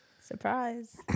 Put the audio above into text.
Surprise